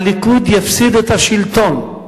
הליכוד יפסיד את השלטון.